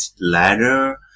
ladder